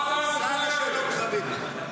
סע לשלום, חביבי.